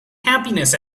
happiness